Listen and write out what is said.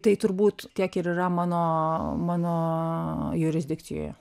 tai turbūt tiek ir yra mano mano jurisdikcijoje